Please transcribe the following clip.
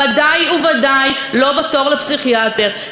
ודאי וודאי לא בתור לפסיכיאטר.